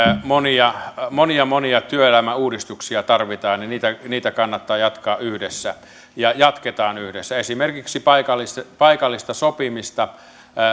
monia monia monia työelämän uudistuksia tarvitaan ja niitä kannattaa jatkaa yhdessä ja jatketaan yhdessä esimerkiksi paikallista paikallista sopimista